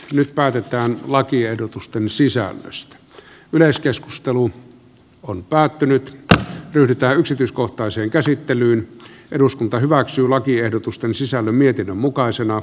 nyt päätetään lakiehdotusten sisällöstä yleiskeskustelu on päättynyt ja yrittää yksityiskohtaiseen käsittelyyn eduskunta hyväksyy lakiehdotusten sisään mietinnön mukaisena